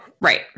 Right